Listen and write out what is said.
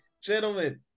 Gentlemen